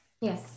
Yes